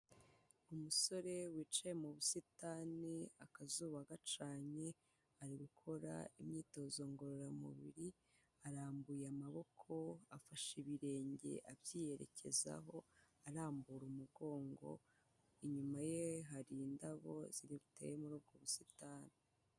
Umusore wicaye mu busitani, akazuba gacanye, ari gukora imyitozo ngororamubiri, arambuye amaboko, afashe ibirenge abyiyerekezaho arambura umugongo, inyuma ye hari indabo ziteye muri ubwo busitani.